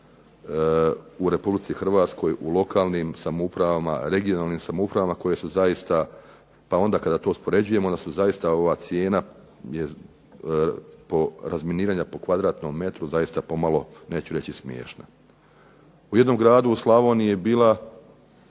u Republici Hrvatskoj u lokalnim upravama, regionalnim samoupravama koje su zaista, pa onda kada to uspoređujemo onda su zaista ova cijena razminiranja po kvadratnom metru zaista pomalo neću reći smiješna. U jednom gradu u Slavoniji je bila